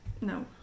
No